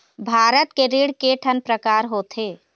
भारत के ऋण के ठन प्रकार होथे?